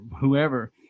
whoever